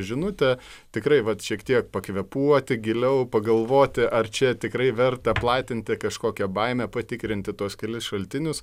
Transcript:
žinutę tikrai vat šiek tiek pakvėpuoti giliau pagalvoti ar čia tikrai verta platinti kažkokią baimę patikrinti tuos kelis šaltinius